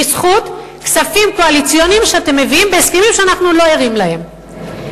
בזכות כספים קואליציוניים שאתם מביאים בהסכמים שאנחנו לא ערים להם,